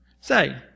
Say